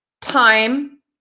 time